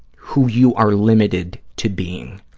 who you are limited to being.